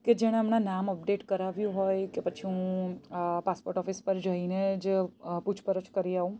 કે જેણે હમણાં નામ અપડેટ કરાવ્યું હોય કે પછી હું પાસપોર્ટ ઓફિસ પર જઈને જ પૂછપરછ કરી આવું